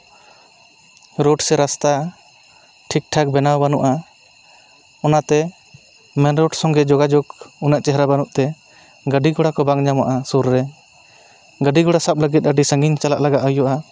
road ᱥᱮ ᱨᱟᱥᱛᱟ ᱴᱷᱤᱠᱼᱴᱷᱟᱠ ᱵᱮᱱᱟᱣ ᱵᱟᱹᱱᱩᱜᱼᱟ ᱚᱱᱟᱛᱮ ᱢᱮᱱ ᱨᱳᱰ ᱥᱚᱸᱜᱮ ᱡᱳᱜᱟᱡᱳᱜᱽ ᱩᱱᱟᱹᱜ ᱪᱮᱦᱨᱟ ᱵᱟᱹᱱᱩᱜ ᱛᱮ ᱜᱟᱹᱰᱤ ᱜᱷᱚᱲᱟ ᱠᱚ ᱵᱟᱝ ᱧᱟᱢᱚᱜᱼᱟ ᱥᱩᱨ ᱨᱮ ᱜᱟᱹᱰᱤ ᱜᱷᱚᱲᱟ ᱥᱟᱵ ᱞᱟᱹᱜᱤᱫ ᱟᱹᱰᱤ ᱥᱟᱺᱜᱤᱧ ᱪᱟᱞᱟᱜ ᱞᱟᱜᱟᱜ ᱦᱩᱭᱩᱜᱼᱟ